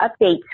updates